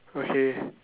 okay